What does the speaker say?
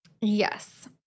Yes